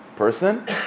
Person